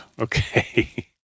okay